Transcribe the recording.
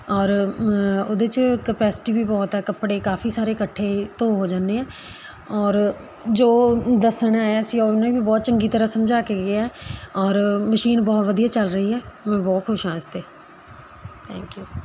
ਔਰ ਉਹਦੇ 'ਚ ਕਪੈਸਟੀ ਵੀ ਬਹੁਤ ਹੈ ਕੱਪੜੇ ਕਾਫ਼ੀ ਸਾਰੇ ਇਕੱਠੇ ਧੋ ਹੋ ਜਾਂਦੇ ਹੈ ਔਰ ਜੋ ਦੱਸਣ ਆਇਆ ਸੀ ਉਹਨੇ ਵੀ ਬਹੁਤ ਚੰਗੀ ਤਰ੍ਹਾਂ ਸਮਝਾ ਕੇ ਗਿਆ ਔਰ ਮਸ਼ੀਨ ਬਹੁਤ ਵਧੀਆ ਚੱਲ ਰਹੀ ਹੈ ਮੈਂ ਬਹੁਤ ਖੁਸ਼ ਹਾਂ ਇਸ ਤੇ ਥੈਂਕ ਯੂ